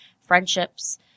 friendships